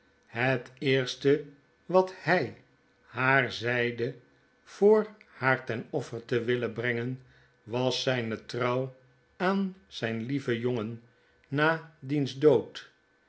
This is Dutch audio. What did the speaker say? het eerste wat hij haar zeide voorhaar ten offer te willen brengen was zne trouw aan zyn lieven jongen na diens dood